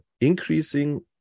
increasing